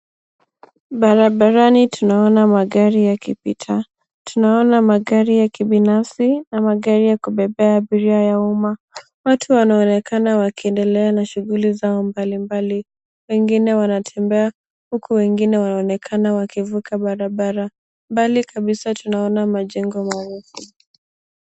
Barabarani tunaona magari yakipita. Tunaona magari ya kibinafsi na magari ya kubebea abiria ya umma. Watu wanaonekana wakiendelea na shughuli zao mbalimbali, wengine wanatembea huku wengine wanaonekana wakivuka barabara. Mbali kabisa tunaona majengo marefu.